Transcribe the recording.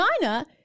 China